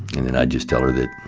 and then i just tell her that,